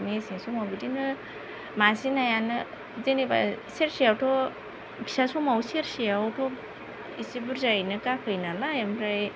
मेसें समाव बिदिनो मासे नायानो जेनेबा सेरसेआवथ' फिसा समाव सेरसेआवथ' एसे बुरजायैनो गाखोयो नालाय ओमफ्राय